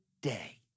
day